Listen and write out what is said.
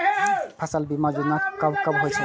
फसल बीमा योजना कब कब होय छै?